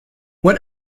what